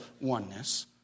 oneness